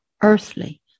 earthly